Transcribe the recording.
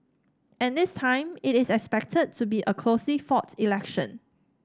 and this time it is expected to be a closely fought election